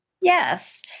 Yes